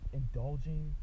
indulging